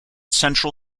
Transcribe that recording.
central